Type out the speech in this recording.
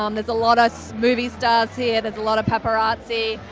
um there's a lot of movie stars here there's a lot of paparazzi,